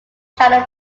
shadow